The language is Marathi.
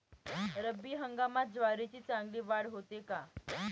रब्बी हंगामात ज्वारीची चांगली वाढ होते का?